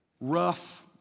Rough